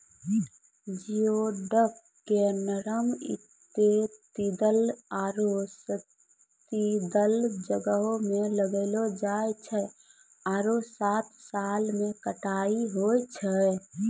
geoduck के नरम इन्तेर्तिदल आरो सब्तिदल जग्हो में लगैलो जाय छै आरो सात साल में कटाई होय छै